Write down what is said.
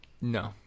No